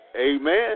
Amen